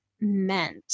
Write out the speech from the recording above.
meant